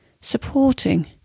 supporting